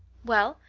well,